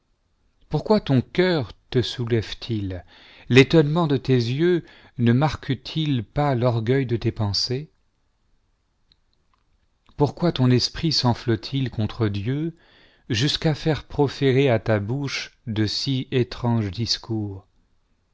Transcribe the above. pourquoi ton cœur te soulève-t-il l'étonneraent de tes yeux ne marquet-il pas l'orgueil de tes penses pourquoi toi esprit s'enf et il contre dieu jusqu'à faire jj roférer à ta bouche de si étranges discours